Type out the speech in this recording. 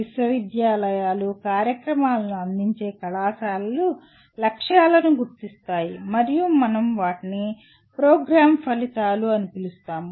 విశ్వవిద్యాలయాలు కార్యక్రమాలను అందించే కళాశాలలు "లక్ష్యాలను" గుర్తిస్తాయి మరియు మనం వాటిని "ప్రోగ్రామ్ ఫలితాలు" అని పిలుస్తాము